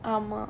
ஆமா:aamaa